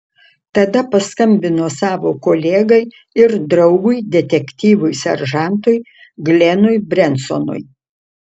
tada paskambino savo kolegai ir draugui detektyvui seržantui glenui brensonui